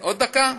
עוד דקה.